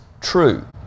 true